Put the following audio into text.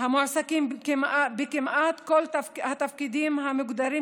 המועסקים בכמעט כל התפקידים המוגדרים